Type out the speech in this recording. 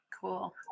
Cool